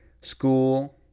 school